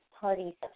party